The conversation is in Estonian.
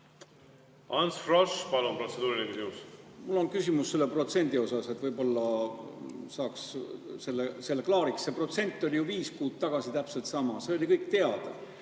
Ants Frosch, palun, protseduuriline küsimus! Mul on küsimus selle protsendi kohta, et võib-olla saaks selle klaariks. See protsent oli viis kuud tagasi täpselt sama, see oli kõik teada.